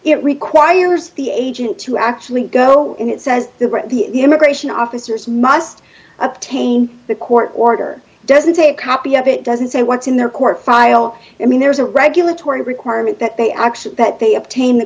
it requires the agent to actually go in it says the the immigration officers must obtain the court order doesn't say a copy of it doesn't say what's in their court file i mean there's a regulatory requirement that they actually that they obtain